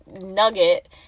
nugget